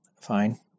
Fine